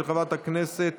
של חברת הכנסת